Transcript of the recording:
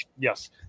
yes